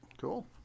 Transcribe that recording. Cool